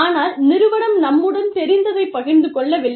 ஆனால் நிறுவனம் நம்முடன் தெரிந்ததைப் பகிர்ந்து கொள்ளவில்லை